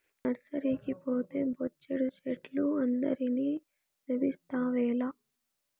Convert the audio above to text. నర్సరీకి పోతే బొచ్చెడు చెట్లు అందరిని దేబిస్తావేల